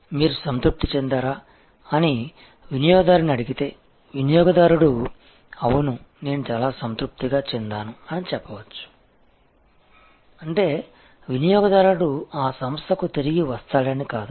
మీరు సంతృప్తి చెందారా అని వినియోగదారుని అడిగితే వినియోగదారుడు అవును నేను చాలా సంతృప్తి చెందాను అని చెప్పవచ్చు అంటే వినియోగదారుడు ఆ సంస్థకు తిరిగి వస్తాడని కాదు